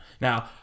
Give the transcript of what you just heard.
Now